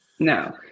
No